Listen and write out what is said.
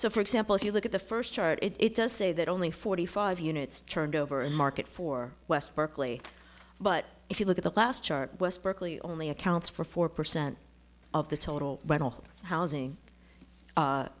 so for example if you look at the first chart it does say that only forty five units churned over a market for west berkeley but if you look at the last chart west berkeley only accounts for four percent of the total rental housing